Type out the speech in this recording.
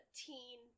teen